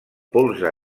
polze